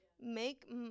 make